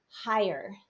higher